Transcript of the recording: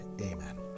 Amen